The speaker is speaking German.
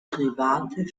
private